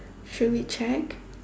should we check